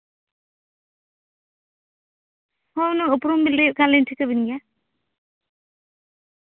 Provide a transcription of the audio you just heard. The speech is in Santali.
ᱦᱚᱸ ᱚᱱᱟ ᱩᱯᱨᱩᱢ ᱵᱤᱱ ᱞᱟᱹᱭᱮᱜ ᱠᱷᱟᱱ ᱵᱤᱱ ᱴᱷᱤᱠᱟᱹ ᱵᱤᱱ ᱜᱮᱭᱟ